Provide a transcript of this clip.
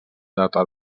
data